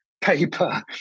paper